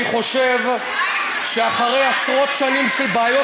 אני חושב שאחרי עשרות שנים של בעיות